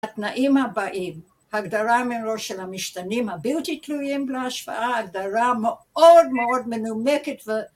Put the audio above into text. התנאים הבאים, הגדרה מראש של המשתנים הבלתי תלויים להשוואה, הגדרה מאוד מאוד מנומקת ו...